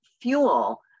fuel